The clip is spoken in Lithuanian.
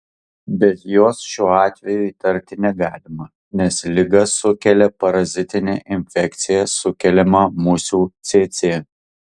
bet jos šiuo atveju įtarti negalima nes ligą sukelia parazitinė infekcija sukeliama musių cėcė